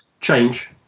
change